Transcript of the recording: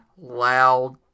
loud